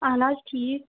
اَہن حظ ٹھیٖک